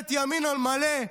ממשלת ימין על מלא?